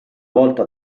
volta